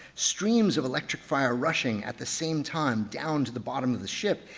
streams of electric fire rushing at the same time down to the bottom of the ship.